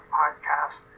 podcast